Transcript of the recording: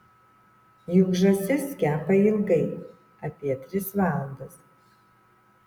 juk žąsis kepa ilgai apie tris valandas